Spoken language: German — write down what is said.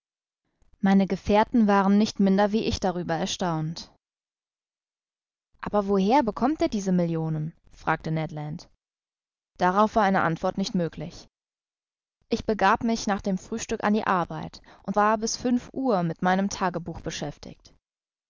meine gefährten waren nicht minder wie ich darüber erstaunt aber woher bekommt er diese millionen fragte ned land darauf war eine antwort nicht möglich ich begab mich nach dem frühstück an die arbeit und war bis fünf uhr mit meinem tagebuch beschäftigt